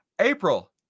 April